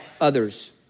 others